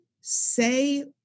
say